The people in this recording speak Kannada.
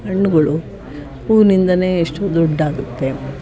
ಹಣ್ಗಳು ಹೂವಿನಿಂದನೇ ಎಷ್ಟೋ ದುಡ್ಡಾಗುತ್ತೆ